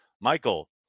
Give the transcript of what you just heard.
Michael